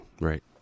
right